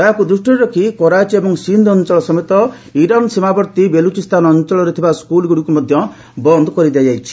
ଏହାକୁ ଦୃଷ୍ଟିରେ ରଖି କରାଚୀ ଓ ସିନ୍ଧ୍ ଅଞ୍ଚଳ ସମେତ ଇରାନ୍ ସୀମାନ୍ତବର୍ତ୍ତୀ ବେଲୁଚିସ୍ଥାନ ଅଞ୍ଚଳରେ ଥିବା ସ୍କୁଲଗୁଡିକୁ ମଧ୍ୟ ବନ୍ଦ କରିଦିଆଯାଇଛି